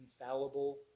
infallible